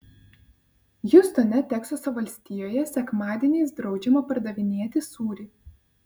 hjustone teksaso valstijoje sekmadieniais draudžiama pardavinėti sūrį